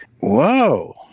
whoa